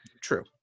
True